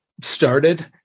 started